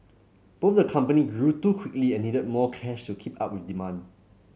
both the company grew too quickly and needed more cash to keep up with demand